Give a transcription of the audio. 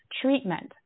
treatment